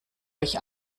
euch